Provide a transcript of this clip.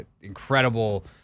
Incredible